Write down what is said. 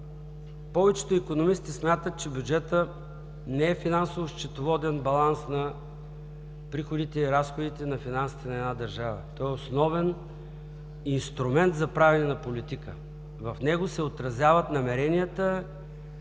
повечето икономисти смятат, че бюджетът не е финансово-счетоводен баланс на приходите и разходите на финансите на една държава. Той е основен инструмент за правене на политика. В него се отразяват намеренията